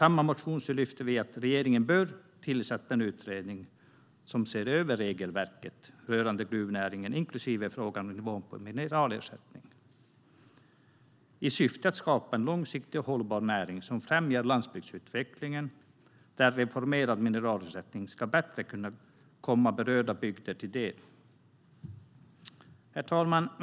I samma motion lyfter vi fram att regeringen bör tillsätta en utredning som ser över regelverket rörande gruvnäringen, inklusive frågan om nivån på mineralersättningen, i syfte att skapa en långsiktig och hållbar näring som främjar landsbygdsutvecklingen och där en reformerad mineralersättning bättre ska kunna komma berörda bygder till del. Herr talman!